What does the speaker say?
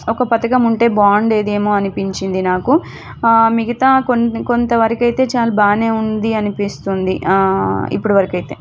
ఒక పథకం ఉంటే బాగుండేదేమో అనిపించింది నాకు మిగతా కొంత కొంత వరకైతే చాలా బాగానే ఉంది అనిపిస్తుంది ఇప్పుడు వరకైతే